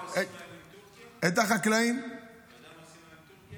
את החקלאים --- אתה יודע מה עושה היום טורקיה?